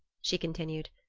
she continued,